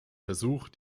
versuch